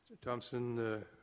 Thompson